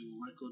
Michael